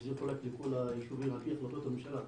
וזה פרויקט איחוד היישובים על פי החלטת הממשלה 922,